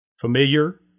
Familiar